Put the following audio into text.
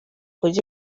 buryo